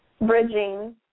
bridging